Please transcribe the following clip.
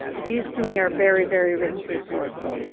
these to me are very, very rich reports.